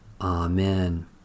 Amen